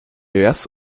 ios